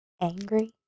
angry